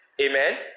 amen